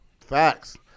Facts